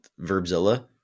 Verbzilla